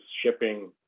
shipping